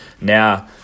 now